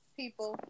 people